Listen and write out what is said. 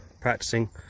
practicing